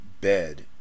bed